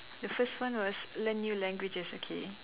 the first one was learn new languages okay